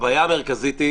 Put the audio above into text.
הבעיה המרכזית היא